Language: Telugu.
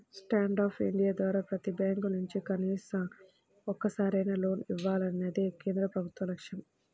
స్టాండ్ అప్ ఇండియా ద్వారా ప్రతి బ్యాంకు నుంచి కనీసం ఒక్కరికైనా లోన్ ఇవ్వాలన్నదే కేంద్ర ప్రభుత్వ లక్ష్యం